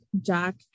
jack